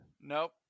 Nope